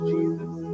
Jesus